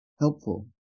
helpful